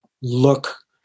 look